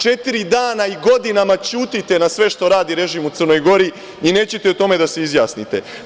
Četiri dana i godinama ćutite na sve što radi režim u Crnoj Gori i nećete o tome da se izjasnite.